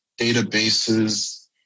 databases